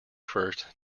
first